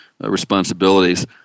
responsibilities